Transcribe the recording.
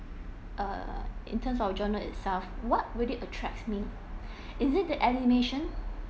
uh in terms of genre itself what would it attract me is it the animation